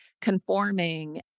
conforming